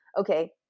okay